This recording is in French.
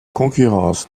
concurrence